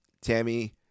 tammy